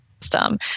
system